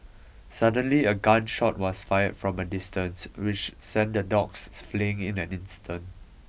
suddenly a gun shot was fired from a distance which sent the dogs fleeing in an instant